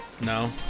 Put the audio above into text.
No